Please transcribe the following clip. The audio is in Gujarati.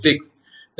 946 6